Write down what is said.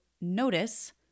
notice